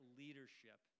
leadership